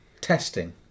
Testing